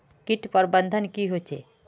किट प्रबन्धन की होचे?